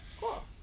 cool